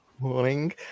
Morning